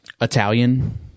Italian